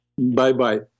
Bye-bye